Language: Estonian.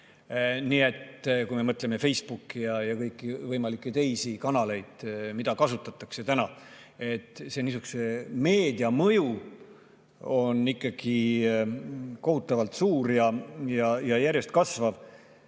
ole, kui me mõtleme Facebooki ja kõiki võimalikke teisi kanaleid, mida kasutatakse täna. Niisuguse meedia mõju on ikkagi kohutavalt suur ja järjest kasvav.